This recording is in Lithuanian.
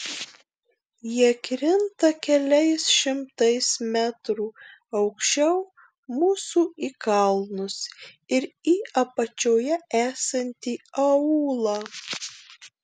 jie krinta keliais šimtais metrų aukščiau mūsų į kalnus ir į apačioje esantį aūlą